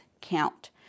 count